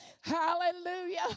Hallelujah